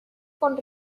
con